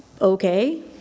Okay